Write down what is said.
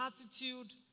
attitude